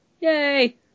Yay